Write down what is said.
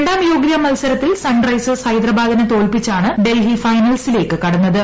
രണ്ടാം യോഗൃതാ മത്സരത്തിൽ സൺ റൈസേഴ്സ് ഹൈദരാബാദിനെ തോൽപ്പിച്ചാണ് ഡൽഹി ഫൈനൽസിലേക്ക് കടന്നത്